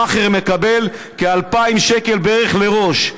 המאכער מקבל כ-2,000 שקל לראש,